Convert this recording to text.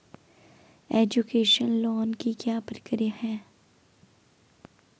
Education loan की क्या प्रक्रिया है?